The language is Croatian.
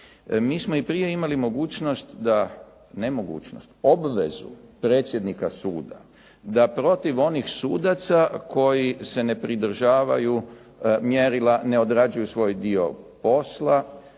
Mi smo i prije imali mogućnost da, ne mogućnost, obvezu predsjednika suda da protiv onih sudaca koji se ne pridržavaju mjerila ne odrađuju svoj dio posla,